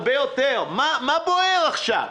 מה בוער עכשיו?